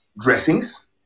dressings